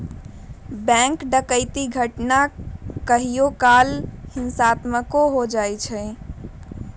bank डकैती के घटना कहियो काल हिंसात्मको हो जाइ छइ